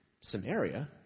Samaria